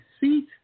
seat